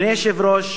אדוני היושב-ראש,